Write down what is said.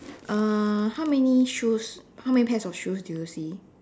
uh how many shoes how many pairs of shoes do you see